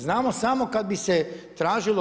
Znamo samo kada bi se tražilo.